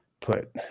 put